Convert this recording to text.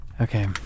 Okay